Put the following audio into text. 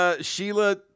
Sheila